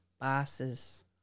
Bosses